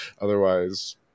Otherwise